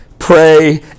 pray